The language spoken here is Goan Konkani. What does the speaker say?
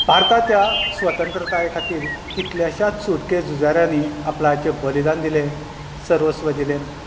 भारताच्या स्वतंत्रताये खातीर कितल्याश्याच सुटके झुजाऱ्यांनी आपणाचें बलिदान दिलें सर्वस्व दिलें